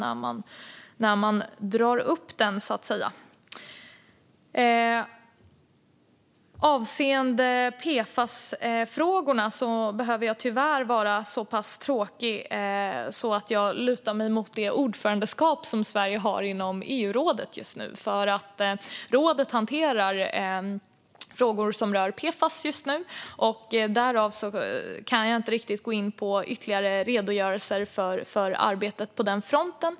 När det gäller PFAS-frågorna behöver jag tyvärr vara så pass tråkig att jag lutar mig mot Sveriges ordförandeskap i EU-rådet. Rådet behandlar just nu frågor som gäller PFAS, och därför kan jag inte gå in på ytterligare redogörelser för arbetet på den fronten.